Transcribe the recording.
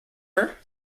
her